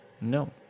No